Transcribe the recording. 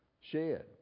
shed